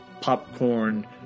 popcorn